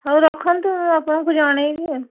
ହେଉ ରଖନ୍ତୁ ମୁଁ ଆପଣଙ୍କୁ ଜଣାଇବି ଆଉ